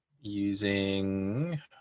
using